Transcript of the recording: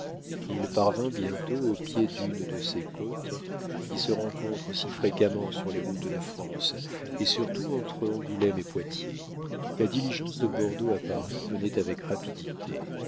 il parvint bientôt au pied d'une de ces côtes qui se rencontrent si fréquemment sur les routes de france et surtout entre angoulême et poitiers la diligence de bordeaux à paris venait avec rapidité